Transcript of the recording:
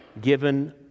given